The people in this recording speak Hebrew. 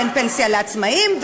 ואין פנסיה לעצמאים,